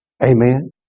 Amen